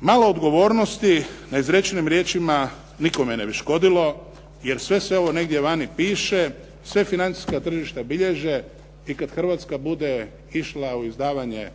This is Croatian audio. malo odgovornosti ne izrečenim riječima nikome ne bi škodilo, jer sve se ovo negdje vani piše, sve financijska tržišta bilježe i kada Hrvatska bude išla u izdavanje